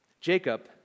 Jacob